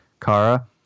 Kara